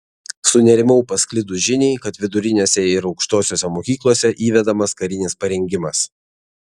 sunerimau pasklidus žiniai kad vidurinėse ir aukštosiose mokyklose įvedamas karinis parengimas